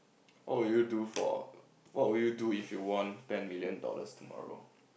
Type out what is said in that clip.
what would you do for what would you do if you won ten million dollars tomorrow